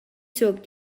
sóc